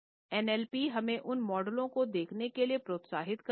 NLP हमें उन मॉडलों को देखने के लिए प्रोत्साहित करता है